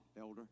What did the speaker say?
Elder